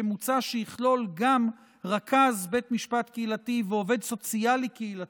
שמוצע שיכלול גם רכז בית משפט קהילתי ועובד סוציאלי קהילתי,